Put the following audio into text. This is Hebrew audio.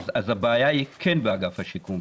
אז הבעיה היא כן באגף השיקום,